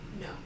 No